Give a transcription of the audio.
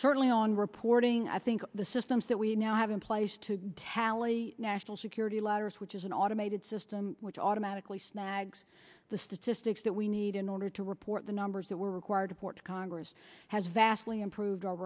certainly on reporting i think the systems that we now have in place to tally national security letters which is an automated system which automatically snags the statistics that we need in order to report the numbers that we're required to port to congress has vastly improved